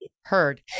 heard